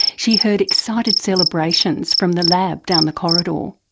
she heard excited celebrations from the lab down the corridor.